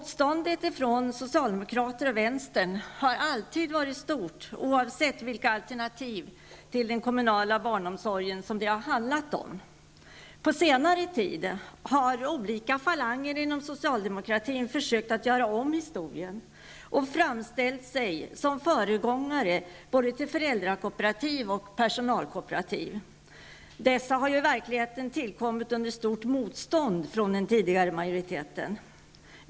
Motståndet från socialdemokrater och vänstern har alltid varit stort, oavsett vilka alternativ till den kommunala barnomsorgen som det har handlat om. På senare tid har olika falanger inom socialdemokratin försökt att göra om historien och framställt sig som föregångare både till föräldrakoopertiv och till personalkooperativ. Dessa har ju i verkligheten tillkommit under stort motstånd från den tidigare majoriteten.